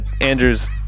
Andrew's